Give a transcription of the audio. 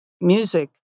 music